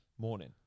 morning